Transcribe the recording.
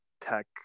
tech